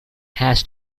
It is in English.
has